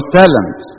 talent